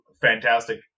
fantastic